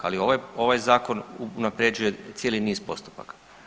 Ali ovaj zakon unapređuje cijeli niz postupaka.